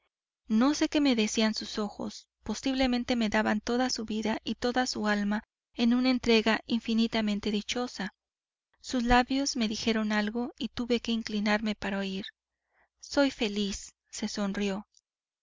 no sé qué me decían sus ojos posiblemente me daban toda su vida y toda su alma en una entrega infinitamente dichosa sus labios me dijeron algo y tuve que inclinarme para oir soy feliz se sonrió